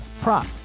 prop